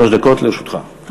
שלוש דקות לרשותך.